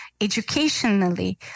educationally